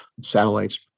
satellites